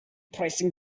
pressing